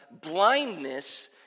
blindness